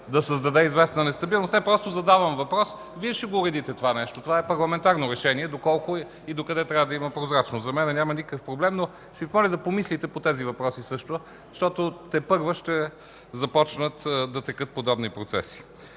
да създаде известна нестабилност. Просто задавам въпрос. Вие ще го уредите това нещо, това е парламентарно решение доколко и докъде трябва да има прозрачност. За мен няма никакъв проблем, но ще Ви помоля да помислите по тези въпроси, защото тепърва ще започнат да текат подобни процеси.